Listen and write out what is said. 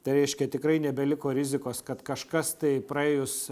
tai reiškia tikrai nebeliko rizikos kad kažkas tai praėjus